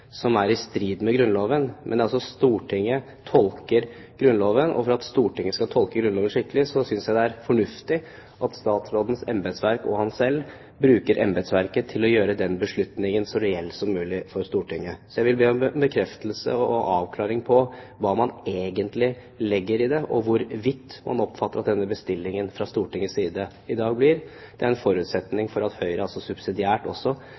som er i strid med Grunnloven. Men Stortinget tolker Grunnloven, og for at Stortinget skal kunne tolke Grunnloven skikkelig, synes jeg det er fornuftig at statsrådens embetsverk, og statsråden selv, gjør den beslutningen så reell som mulig for Stortinget. Jeg vil be om en bekreftelse på og avklaring av hva man egentlig legger i det, og hvor vid man oppfatter at denne bestillingen fra Stortingets side i dag blir. Det er altså en forutsetning for at Høyre subsidiært også